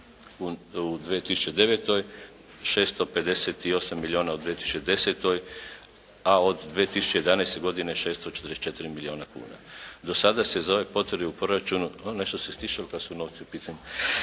u 2009., 658 milijuna u 2010. a od 2011. godine 644 milijuna kuna. Do sada se za ove potrebe u proračunu, nešto se stišalo kad su novci u pitanju.